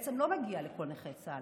בעצם לא מגיע לכל נכי צה"ל,